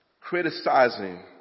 criticizing